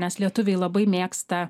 nes lietuviai labai mėgsta